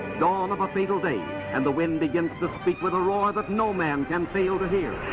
dawn of a fatal day and the wind begins to speak with a roar that no man can fail to hear